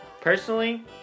personally